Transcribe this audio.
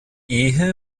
ehe